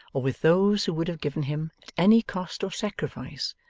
or with those who would have given him, at any cost or sacrifice,